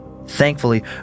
Thankfully